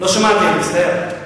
לא שמעתי, אני מצטער.